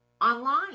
online